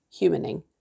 humaning